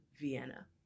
Vienna